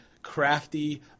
Crafty